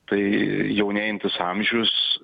tai jaunėjantis amžius